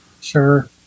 sure